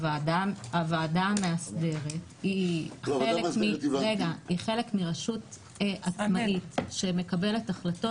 הוועדה המאסדרת היא חלק מרשות עצמאית שמקבלת החלטות.